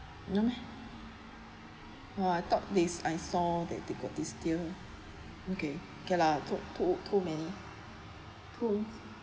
don't know meh !wah! I thought this I saw that they got this still okay okay lah too too too many too